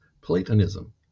Platonism